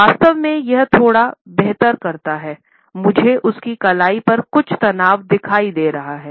वास्तव में वह थोड़ा बेहतर करता है मुझे उसकी कलाई पर कुछ तनाव दिख रहा है